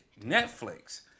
Netflix